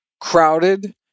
crowded